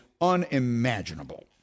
unimaginable